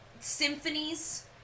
symphonies